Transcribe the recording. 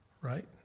Right